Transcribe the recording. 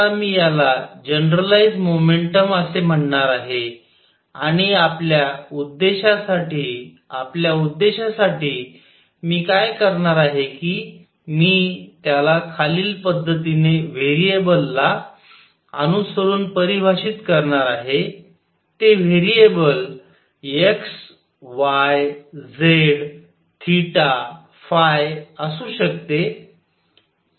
आता मी याला जनरलाइझ मोमेंटम असे म्हणणार आहे आणि आपल्या उद्द्येशासाठी आपल्या उद्द्येशासाठी मी काय करणार आहे कि मी त्याला खालील पद्धतीने व्हेरिएबल ला अनुसरून परिभाषित करणार आहे ते व्हेरिएबल x y z ϕअसू शकते